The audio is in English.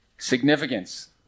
Significance